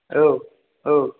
औ औ